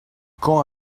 quand